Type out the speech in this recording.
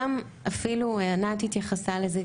אפילו ענת התייחסה לזה,